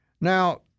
Now